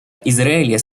израиля